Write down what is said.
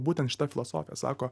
būtent šita filosofija sako